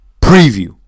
Preview